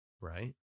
Right